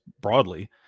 broadly